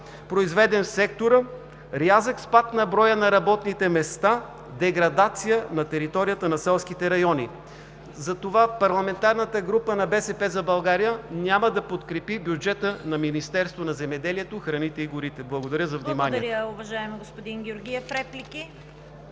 произведен в сектора, рязък спад на броя на работните места, деградация на територията на селските райони. Затова парламентарната група на „БСП за България“ няма да подкрепи бюджета на Министерството на земеделието, храните и горите. Благодаря за вниманието. ПРЕДСЕДАТЕЛ ЦВЕТА КАРАЯНЧЕВА: Благодаря, уважаеми господин Георгиев. Реплики?